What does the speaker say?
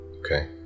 Okay